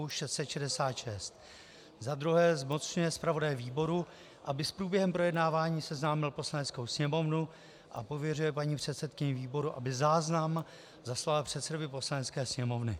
Za druhé zmocňuje zpravodaje výboru, aby s průběhem projednávání seznámil Poslaneckou sněmovnu, a pověřil paní předsedkyni výboru, aby záznam zaslala předsedovi Poslanecké sněmovny.